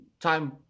time